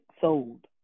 sold